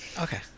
Okay